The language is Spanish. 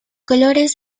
colores